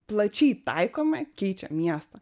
plačiai taikomi keičia miestą